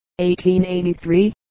1883